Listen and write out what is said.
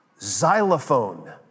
xylophone